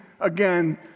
again